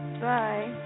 Bye